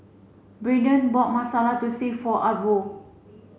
Braiden bought Masala Thosai for Arvo